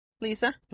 Lisa